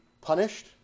punished